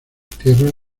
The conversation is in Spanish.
tierras